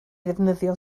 ddefnyddio